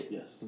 Yes